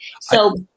So-